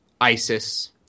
ISIS